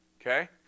Okay